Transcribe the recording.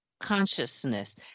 consciousness